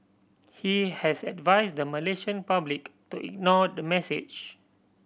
he has advise the Malaysian public to ignore the message